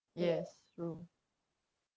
yes true